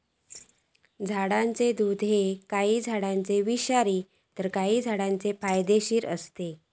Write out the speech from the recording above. झाडाचा दुध ह्या काही झाडांचा विषारी तर काही झाडांचा फायदेशीर असता